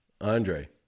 Andre